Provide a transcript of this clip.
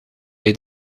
bij